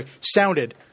sounded